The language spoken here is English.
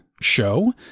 show